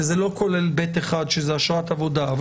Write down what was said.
שזה לא כולל ב/1 שזאת אשרת עבודה אבל